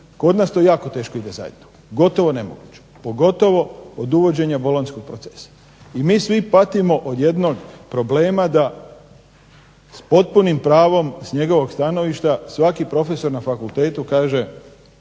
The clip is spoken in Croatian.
Kod nas to jako teško ide zajedno, gotovo nemoguće, pogotovo od uvođenja bolonjskog procesa, i mi svi patimo od jednog problema da s potpunim pravom s njegovog stanovišta svaki profesor na fakultetu kaže